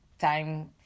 time